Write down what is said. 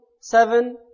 Seven